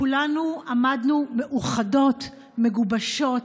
כולנו עמדנו מאוחדות, מגובשות,